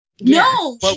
No